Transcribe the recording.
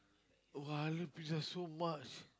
!wah! I love pizza so much